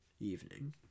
evening